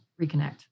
reconnect